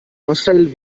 marcel